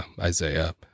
Isaiah